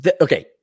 okay